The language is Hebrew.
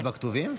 זה בכתובים?